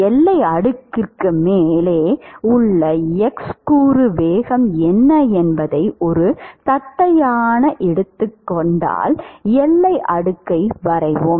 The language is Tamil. எல்லை அடுக்குக்கு மேலே உள்ள x கூறு வேகம் என்ன என்பதை ஒரு தட்டையான எடுத்துக் கொண்டால் எல்லை அடுக்கை வரைவோம்